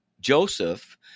Joseph